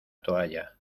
toalla